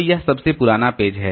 तो यह सबसे पुराना पेज है